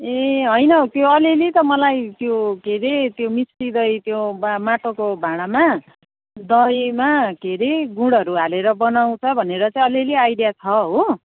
ए होइन हौ त्यो अलिअलि त मलाई त्यो के अरे त्यो मिस्टी दही त्यो बा माटोको भाँडामा दहीमा के अरे गुडहरू हालेर बनाउँछ भनेर चाहिँ अलिअलि आइडिया छ हो